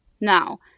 Now